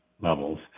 levels